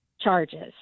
charges